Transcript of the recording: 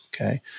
Okay